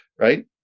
right